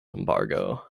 embargo